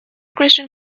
christian